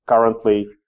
Currently